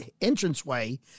entranceway